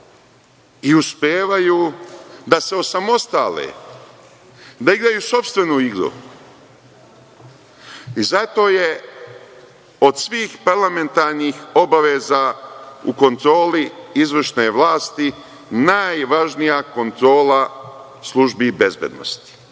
i uspevaju da se osamostale, da igraju sopstvenu igru i zato je od svih parlamentarnih obaveza u kontroli izvršne vlasti najvažnija kontrola službi bezbednosti. Mi